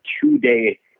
two-day